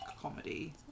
comedy